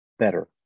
better